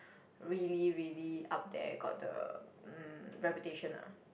really really up there got the mm reputation lah